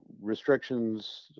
restrictions